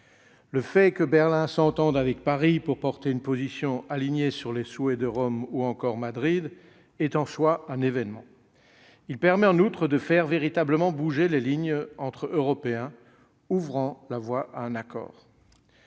Le fait que Berlin s'entende avec Paris pour défendre une position alignée sur les souhaits de Rome, ou encore de Madrid, est en soi un événement. Il permet, en outre, de faire véritablement bouger les lignes entre Européens, ouvrant la voie à un accord.